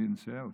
ישעיה.